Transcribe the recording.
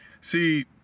See